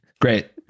Great